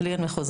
לי אין מחוזות.